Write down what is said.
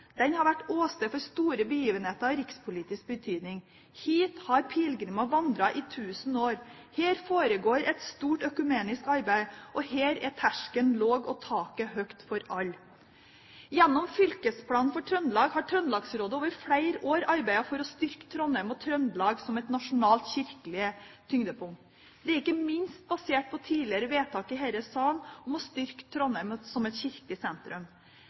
Den norske kirke. Den har vært åsted for store begivenheter av rikspolitisk betydning. Hit har pilegrimer vandret i tusen år. Her foregår et stort økumenisk arbeid, og her er terskelen lav og taket høyt for alle. Gjennom fylkesplan for Trøndelag har Trøndelagsrådet over flere år arbeidet for å styrke Trondheim og Trøndelag som et nasjonalt kirkelig tyngdepunkt. Det er ikke minst basert på tidligere vedtak i denne salen om å styrke Trondheim som et